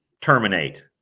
terminate